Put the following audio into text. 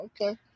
Okay